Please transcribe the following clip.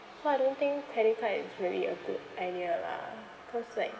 so I don't think credit card is really a good idea lah cause like